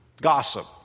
gossip